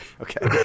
okay